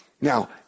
Now